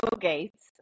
gates